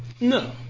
No